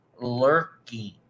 lurking